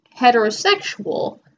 heterosexual